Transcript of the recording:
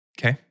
Okay